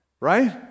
right